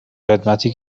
خدمتی